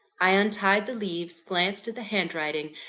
i untied the leaves, glanced at the handwriting,